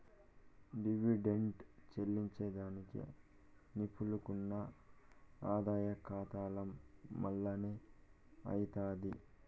dividend చెల్లింజేదానికి నిలుపుకున్న ఆదాయ కాతాల మల్లనే అయ్యితాది